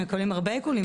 הם מקבלים הרבה עיקולים,